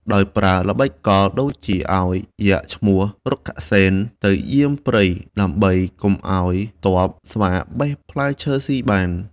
ដោយប្រើល្បិចកល ដូចជាឱ្យយក្សឈ្មោះរុក្ខសេនទៅយាមព្រៃ ដើម្បីកុំឱ្យទ័ពស្វាបេះផ្លែឈើស៊ីបាន។